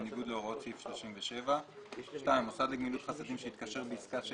בניגוד להוראות סעיף 37. מוסד לגמילות חסדים שהתקשר בעסקה של